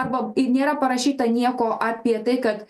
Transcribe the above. arba nėra parašyta nieko apie tai kad